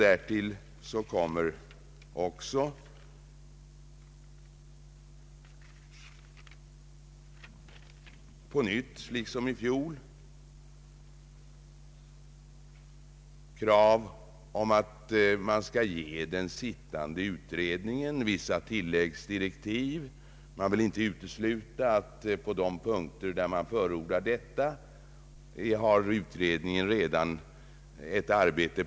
Därtill kommer liksom i fjol krav om att ge den sittande utredningen vissa tillläggsdirektiv. Man vill inte utesluta att utredningsarbetet redan pågår på de punkter där man förordar detta.